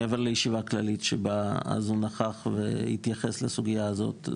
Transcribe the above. מעבר לישיבה הכללית שבה הוא נכח אז והתייחס לסוגיה הזאת,